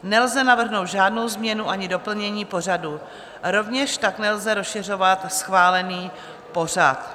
Nelze navrhnout žádnou změnu ani doplnění pořadu, rovněž tak nelze rozšiřovat schválený pořad.